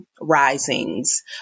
Risings